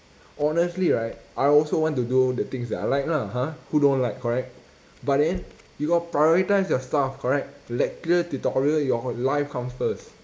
honestly right I also want to do the things that I like lah !huh! who don't like correct but then you got to prioritise your stuff correct lecture tutorial your life comes first